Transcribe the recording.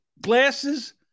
glasses